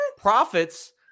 profits